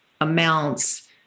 amounts